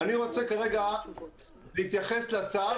אני רוצה כרגע להתייחס לצו